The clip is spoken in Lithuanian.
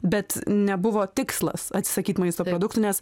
bet nebuvo tikslas atsisakyt maisto produktų nes